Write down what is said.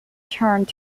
turned